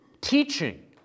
teaching